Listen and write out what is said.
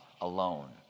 alone